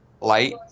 light